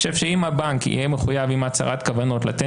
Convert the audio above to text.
אני חושב שאם הבנק יהיה מחויב עם הצהרת הכוונות לתת